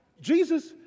Jesus